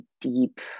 deep